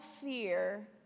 fear